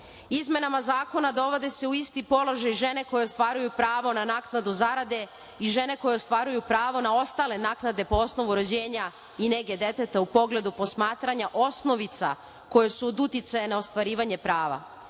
građana. Izmenama zakona dovode se u isti položaj žene koje ostvaruju pravo na naknadu zarade i žene koje ostvaruju pravo na ostale naknade po osnovu rođenja i nege deteta u pogledu posmatranja osnovica koje su od uticaja na ostvarivanje prava,